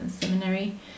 seminary